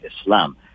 islam